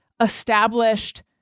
established